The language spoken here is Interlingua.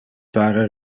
pare